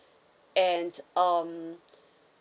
and um